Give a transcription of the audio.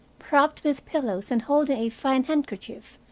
propped with pillows and holding a fine handkerchief,